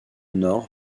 nord